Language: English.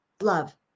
love